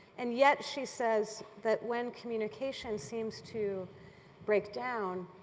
and yet, she says that when communication seems to break down,